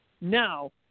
Now